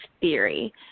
theory